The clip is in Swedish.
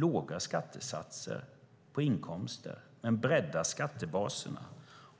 låga skattesatser på inkomster men breddade skattebaser.